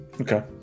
Okay